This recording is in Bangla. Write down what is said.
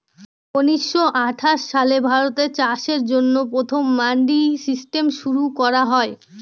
উনিশশো আঠাশ সালে ভারতে চাষের জন্য প্রথম মান্ডি সিস্টেম শুরু করা হয়